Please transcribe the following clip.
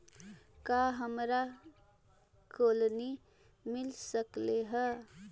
का हमरा कोलनी मिल सकले हे?